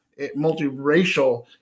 multiracial